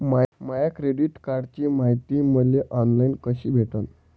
माया credit कार्डची मायती मले ऑनलाईन कसी भेटन?